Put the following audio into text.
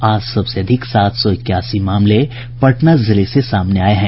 आज सबसे अधिक सात सौ इक्यासी मामले पटना जिले से सामने आये हैं